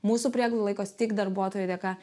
mūsų prieglauda laikosi tik darbuotojų dėka